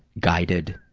guided.